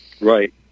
Right